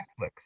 Netflix